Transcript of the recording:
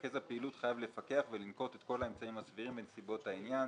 מרכז הפעילות חייב לפקח ולנקוט את כל האמצעים הסבירים בנסיבות העניין